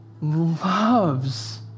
loves